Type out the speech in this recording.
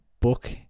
book